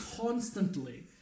constantly